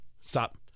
stop